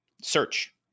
search